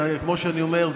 וכמו שאני אומר,